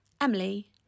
Emily